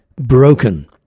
broken